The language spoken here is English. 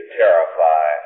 terrify